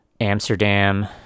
Amsterdam